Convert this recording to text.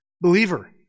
believer